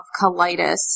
colitis